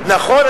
נכון,